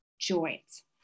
joints